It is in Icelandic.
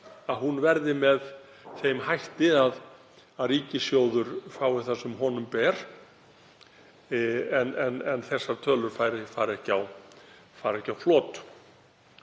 verði með þeim hætti að ríkissjóður fái það sem honum ber en þessar tölur fari ekki á flot.